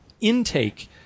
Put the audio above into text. intake